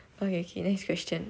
okay okay next question